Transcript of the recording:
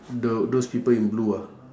tho~ those people in blue ah